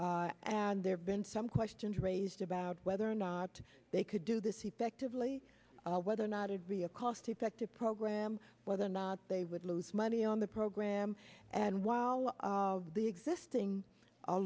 market and there have been some questions raised about whether or not they could do this effectively whether or not it be a cost effective program whether or not they would lose money on the program and while of the existing a